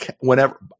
whenever